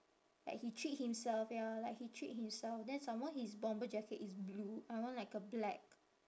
like he treat himself ya like he treat himself then some more his bomber jacket is blue I want like a black